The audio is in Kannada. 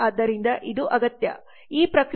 ಆದ್ದರಿಂದ ಇದು ಅಗತ್ಯ ಈ ಪ್ರಕ್ರಿಯೆಗೆ